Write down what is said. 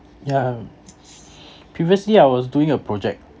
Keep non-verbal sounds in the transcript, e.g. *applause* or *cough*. yeah *breath* previously I was doing a project